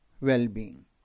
well-being